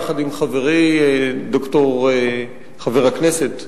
יחד עם חברי חבר הכנסת,